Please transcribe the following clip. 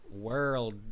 World